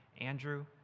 Andrew